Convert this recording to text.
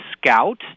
scout